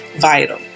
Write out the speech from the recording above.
vital